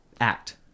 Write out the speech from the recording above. Act